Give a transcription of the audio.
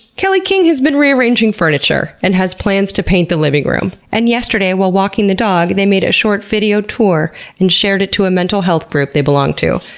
kelly king has been rearranging furniture and has plans to paint the living room. and yesterday, while walking the dog, they made a short video tour and shared it to a mental health group they belong to,